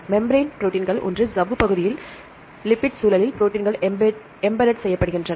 membrane ப்ரோடீன்கள் ஒன்று சவ்வு பகுதியில் லிப்பிட் சூழலில் ப்ரோடீன்கள் எம்பேட்ட் செய்யப்படுகின்றன